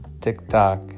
TikTok